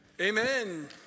Amen